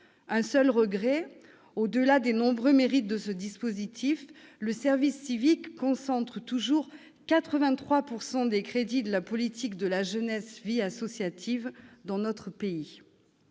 Un seul regret au-delà des nombreux mérites de ce dispositif, le service civique concentre toujours 83 % des crédits de la politique de la jeunesse et de la vie associative dans notre pays.